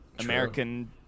American